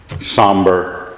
somber